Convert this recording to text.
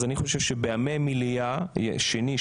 אז אני חושב שבימי מליאה שני,